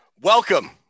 Welcome